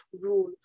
rule